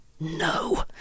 No